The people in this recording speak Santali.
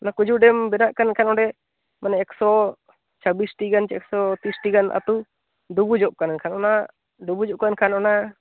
ᱚᱱᱟ ᱠᱩᱡᱩ ᱰᱮᱢ ᱵᱮᱱᱟᱜ ᱠᱟᱱᱠᱷᱟᱱ ᱚᱸᱰᱮ ᱢᱟᱱᱮ ᱮᱠᱥᱚ ᱪᱷᱟᱵᱽᱵᱤᱥᱴᱤ ᱜᱟᱱ ᱥᱮ ᱮᱠᱥᱚ ᱛᱤᱨᱤᱥᱴᱤ ᱜᱟᱱ ᱟᱛᱳ ᱰᱩᱵᱩᱡᱚᱜ ᱠᱟᱱᱟ ᱮᱱᱠᱷᱟᱱ ᱚᱱᱟ ᱰᱩᱵᱩᱡᱚᱜ ᱠᱟᱱᱠᱷᱟᱱ ᱚᱱᱟ